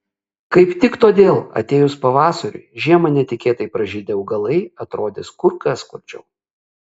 kaip tik todėl atėjus pavasariui žiemą netikėtai pražydę augalai atrodys kur kas skurdžiau